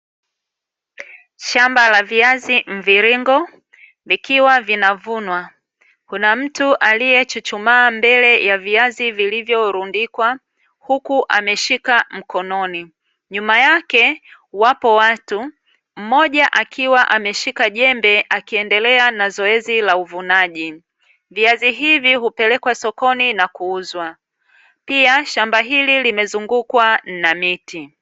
Shamba la viazi mviringo vikiwa vinavunwa kuna mtu aliyechuchumaa mbele ya viazi vilivyorundikwa huku ameshika mkononi, nyuma yake wapo watu mmoja akiwa ameshika jembe akiendelea na zoezi la uvunaji. viazi hivi hupelekwa sokoni na kuuzwa, pia shamba hili limezungukwa na miti.